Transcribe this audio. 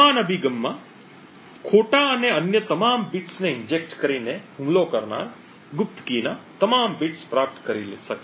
સમાન અભિગમમાં ખોટા અને અન્ય તમામ બિટ્સને ઈન્જેક્ટ કરીને હુમલો કરનાર ગુપ્ત કીના તમામ બિટ્સ પ્રાપ્ત કરી શકશે